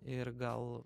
ir gal